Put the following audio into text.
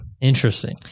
Interesting